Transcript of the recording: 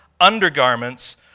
undergarments